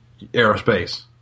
aerospace